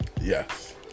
Yes